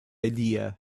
idea